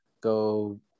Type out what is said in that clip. go